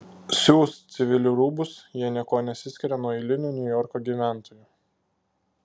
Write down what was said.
siūs civilių rūbus jie niekuo nesiskiria nuo eilinių niujorko gyventojų